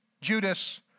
Judas